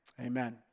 amen